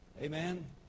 Amen